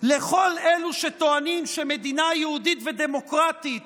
לכל אלו שטוענים שמדינה יהודית ודמוקרטית